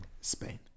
Spain